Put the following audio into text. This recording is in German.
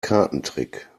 kartentrick